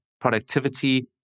productivity